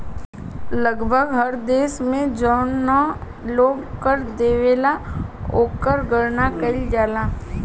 लगभग हर देश में जौन लोग कर देवेला ओकर गणना कईल जाला